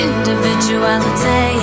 Individuality